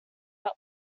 but